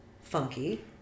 funky